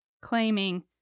claiming